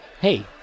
hey